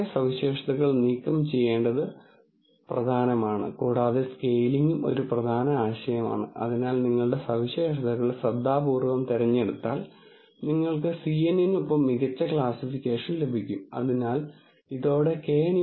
അടുത്ത ലെക്ച്ചറിൽ നമ്മൾ ചെയ്യേണ്ടത് ഈ ആശയങ്ങളിൽ ചിലത് ഡാറ്റാ സയൻസ് പ്രോബ്ളങ്ങൾ പരിഹരിക്കുന്നതിനുള്ള ഒരു ചട്ടക്കൂട് എന്ന ആശയത്തിലേക്ക് കൊണ്ടുവരിക എന്നതാണ് ആദ്യപടിയായി പല ഡാറ്റാ സയൻസ് പ്രോബ്ളങ്ങളിലും ഉപയോഗിക്കുന്ന ഡാറ്റ ഇംപ്യൂട്ടേഷൻ എന്ന് വിളിക്കപ്പെടുന്ന ഒരു ചട്ടക്കൂട് ഞാൻ ചിത്രീകരിക്കും